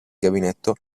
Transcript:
gabinetto